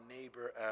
neighbor